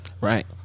right